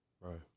Right